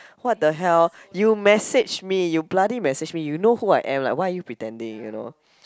what the hell you message me you bloody message me you know who I am like why are you pretending you know